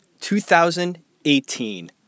2018